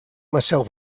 myself